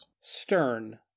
Stern